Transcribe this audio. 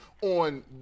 on